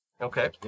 Okay